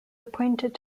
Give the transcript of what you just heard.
appointed